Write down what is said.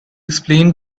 explain